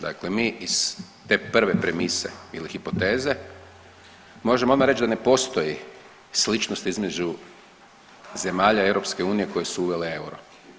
Dakle, mi iz te prve premise ili hipoteze možemo odmah reći da ne postoji sličnost između zemalja EU koje su uvele euro.